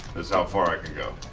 is how far i can go.